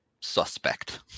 Suspect